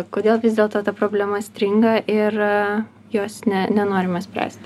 kodėl vis dėlto ta problema stringa ir jos ne nenorima spręsti